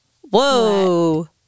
whoa